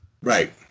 Right